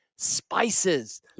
spices